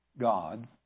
God